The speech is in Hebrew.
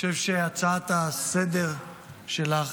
אני חושב שההצעה לסדר-היום שלך